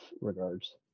regards